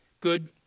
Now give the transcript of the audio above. good